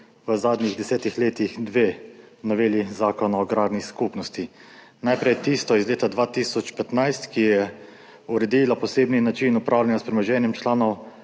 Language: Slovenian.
v zadnjih 10 letih dve noveli Zakona o agrarni skupnosti. Najprej tisto iz leta 2015, ki je uredila posebni način upravljanja s premoženjem članov